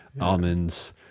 almonds